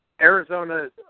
Arizona